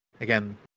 again